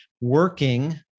working